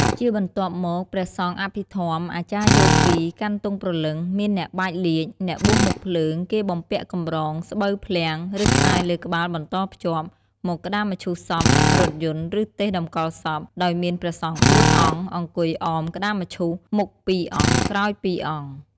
ជាបន្ទាប់មកព្រះសង្ឃអភិធម្ម អាចារ្យយោគី កាន់ទង់ព្រលឹង មានអ្នកបាចលាជ អ្នកបួសមុខភ្លើងគេបំពាក់កម្រង ស្បូវក្លាំង ឬខ្សែលើក្បាលបន្តភ្ជាប់ មកក្តាមឈូសសព រថយន្ត ឬទេសតំកល់សព ដោយមានព្រះសង្ឃបួនអង្គ អង្គុយអមក្តាមឈូស មុខពីរអង្គក្រោយពីរអង្គ។